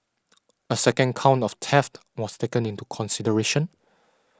a second count of theft was taken into consideration